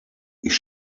ich